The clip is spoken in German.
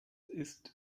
ist